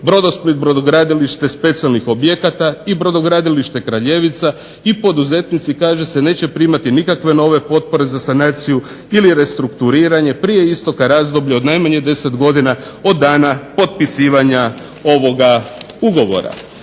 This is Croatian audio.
Brodosplit, Brodogradilište specijalnih objekata i Brodogradilište Kraljevica i poduzetnici kaže se neće primati nikakve nove potpore za sanaciju ili restrukturiranje prije isteka razdoblja od najmanje 10 godina od dana potpisivanja ovoga ugovora.